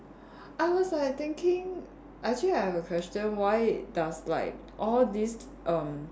I was like thinking actually I have a question why does like all these erm